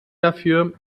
dafür